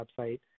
website